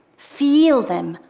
feel them.